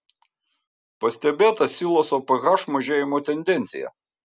pastebėta siloso ph mažėjimo tendencija